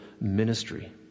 ministry